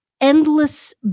endless